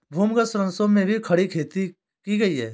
भूमिगत सुरंगों में भी खड़ी खेती की गई